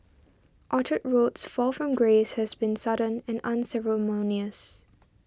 Orchard Road's fall from grace has been sudden and unceremonious